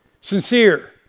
sincere